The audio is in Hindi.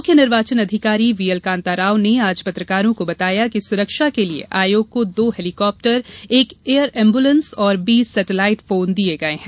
मुख्य निर्वाचन अधिकारी वी एल कान्ताराव ने आज पत्रकारों को बताया कि सुरक्षा के लिए आयोग को दो हैलीकाप्टर एक एयर एम्बूलेन्स और बीस सेटेलाइट फोन दिये गये हैं